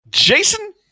Jason